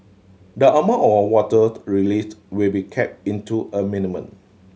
the amount of water released will be kept into a mini